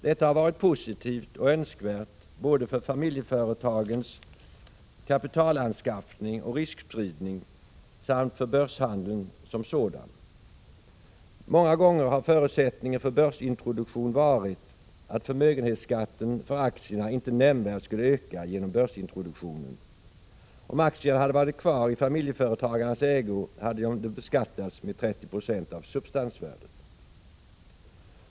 Detta har varit positivt och önskvärt både för familjeföretagens kapitalanskaffning och riskspridning och för börshandeln som sådan. Många gånger har förutsättningen för börsintroduktion varit att förmögenhetsskatten för aktierna inte nämnvärt skulle öka genom börsintroduktionen. Om aktierna hade varit kvar i familjeföretagarnas ägo hade de ju beskattats med 30 90 av substansvärdet.